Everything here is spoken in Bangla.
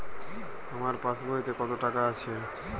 আমার পাসবইতে কত টাকা আছে?